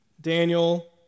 Daniel